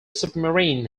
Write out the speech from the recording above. submarine